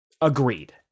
Agreed